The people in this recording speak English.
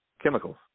chemicals